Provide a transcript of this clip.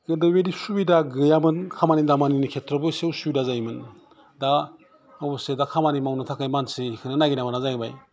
गोदो बेबायदि सुबिदा गैयामोन खामानि दामानि खेदथ्रआवबो एसे उसिबिदा जायोमोन दा अबसे खामानि मावनो थाखाय मानसिखौनो नागिरना मोना जाहैबाय